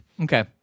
Okay